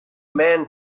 men